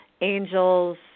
angels